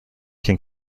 can